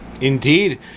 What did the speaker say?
Indeed